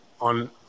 on